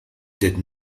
did